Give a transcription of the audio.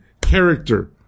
character